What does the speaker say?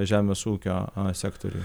žemės ūkio sektoriui